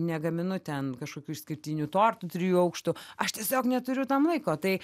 negaminu ten kažkokių išskirtinių tortų trijų aukštų aš tiesiog neturiu tam laiko tai